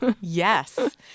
Yes